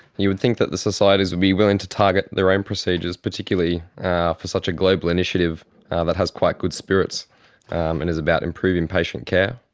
you would think that the societies would be willing to target their own procedures, particularly for such a global initiative that has quite good spirits and is about improving patient care.